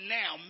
now